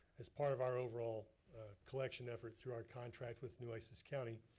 as part of our overall collection effort through our contract with nueces county,